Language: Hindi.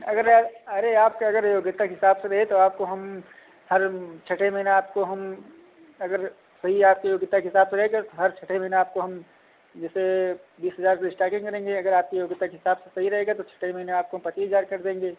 अगर यह अरे आपके अगर योग्यता के हिसाब से रहे तो आपको हम हर छठे महीना आपको हम अगर सही आपके योग्यता के हिसाब से रहेगा तो हर छठे महीना आपको हम जैसे बीस हजार से इस्टार्टिंग करेंगे अगर आपकी योग्यता के हिसाब से सही रहेगा तो छठवें महीने में आपको हम पचीस हजार कर देंगे